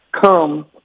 come